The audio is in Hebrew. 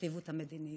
שהכתיבו את המדיניות?